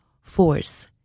force